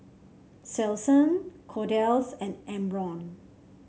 Selsun Kordel's and Omron